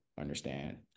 understand